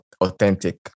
authentic